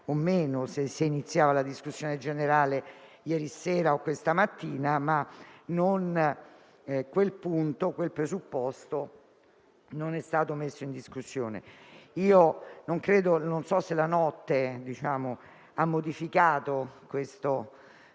o no, se si iniziava la discussione generale ieri sera o questa mattina, ma quel presupposto non è stato messo in discussione. Non so se la notte ha modificato i dati